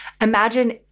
imagine